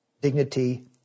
dignity